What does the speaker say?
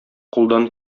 кулдан